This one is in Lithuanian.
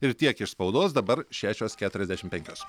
ir tiek iš spaudos dabar šešios keturiasdešim penkios